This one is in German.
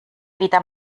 wieder